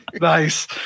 Nice